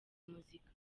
muzika